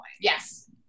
Yes